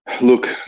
Look